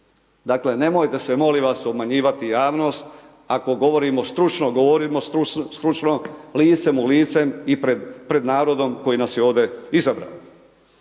Dakle nemojte se molim vas umanjivati javnost, ako govorimo, stručno licem u licem i pred narodom koji nas je ovdje izabrao.